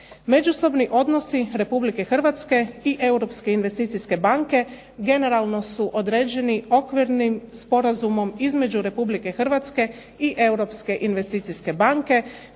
Međusobni odnosi Republike Hrvatske i Europske investicijske banke generalno su određeni Okvirnim sporazumom između Republike Hrvatske i Europske investicijske banke